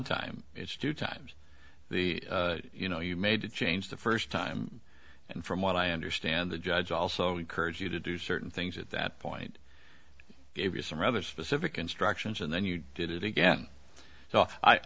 time it's two times the you know you made the change the first time and from what i understand the judge also encouraged you to do certain things at that point gave you some rather specific instructions and then you did it again so i